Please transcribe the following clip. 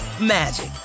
magic